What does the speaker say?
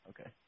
okay